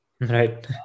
right